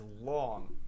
long